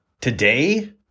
Today